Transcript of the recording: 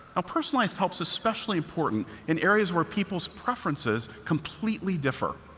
ah personalized help is especially important in areas where people's preferences completely differ,